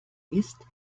ist